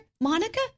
Monica